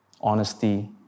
Honesty